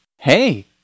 hey